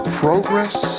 Progress